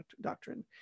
doctrine